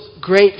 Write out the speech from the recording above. great